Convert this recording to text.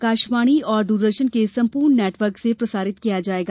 आकाशवाणी और दूरदर्शन के संपूर्ण नेटवर्क से प्रसारित किया जायेगा